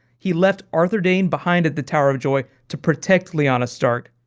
he left arthur dayne behind at the tower of joy to protect lyanna stark.